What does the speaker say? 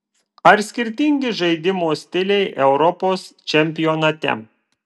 ar skirtingi žaidimo stiliai europos čempionate